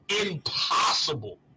impossible